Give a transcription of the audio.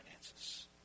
finances